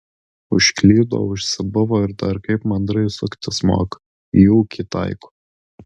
užklydo užsibuvo ir dar kaip mandrai suktis moka į ūkį taiko